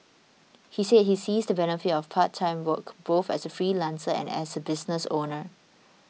he said he sees the benefit of part time work both as a freelancer and as a business owner